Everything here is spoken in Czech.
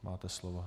Máte slovo.